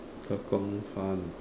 Tekong fun